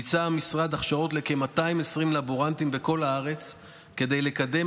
ביצע משרד הכשרות לכ-220 לבורנטים בכל הארץ כדי לקדם